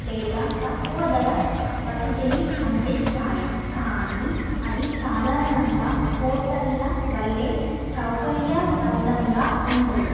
లేదా తక్కువ ధర వసతిని అందిస్తాయి కానీ అవి సాధారణంగా హోటళ్ళ వలె సౌకర్యవంతంగా ఉండవు